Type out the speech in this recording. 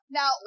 Now